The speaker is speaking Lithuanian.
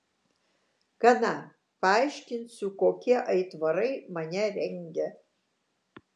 gana paaiškinsiu kokie aitvarai mane rengia